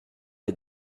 est